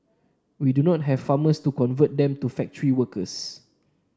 we do not have farmers to convert them to factory workers